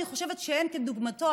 אני חושבת שאין כדוגמתו,